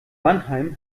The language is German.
mannheim